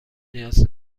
نیاز